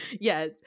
yes